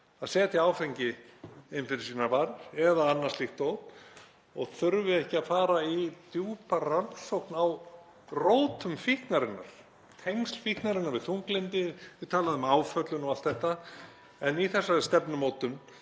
að setja áfengi inn fyrir sínar varir eða annað slíkt dóp? Og þarf ekki að fara í djúpa rannsókn á rótum fíknarinnar? Tengslum fíknarinnar við þunglyndi, það er talað um áföllin og allt þetta. En í þessari stefnumótun